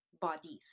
bodies